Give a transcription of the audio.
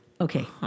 Okay